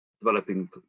developing